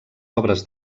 obres